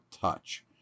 touch